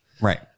Right